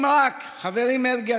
חברי מרגי,